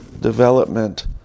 development